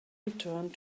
returned